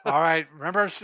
all right, remember,